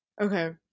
okay